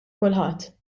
kulħadd